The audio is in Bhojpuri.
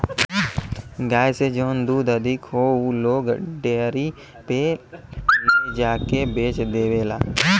गाय से जौन दूध अधिक होला उ लोग डेयरी पे ले जाके के बेच देवला